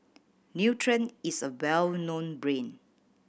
Nutren is a well known brand